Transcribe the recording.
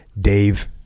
Dave